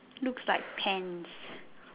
looks like pants